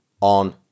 on